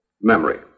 memory